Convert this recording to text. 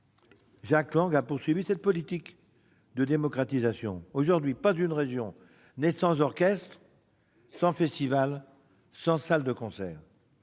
Jack Lang a poursuivi cette politique de démocratisation. Aujourd'hui, pas une région n'est sans orchestre, sans festival, sans salle de concert.